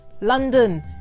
London